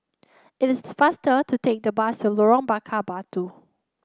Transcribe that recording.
it is the faster to take the bus to Lorong Bakar Batu